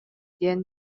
диэн